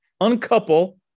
uncouple